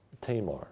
Tamar